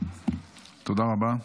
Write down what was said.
תודה רבה.